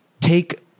take